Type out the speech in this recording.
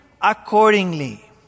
accordingly